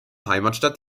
heimatstadt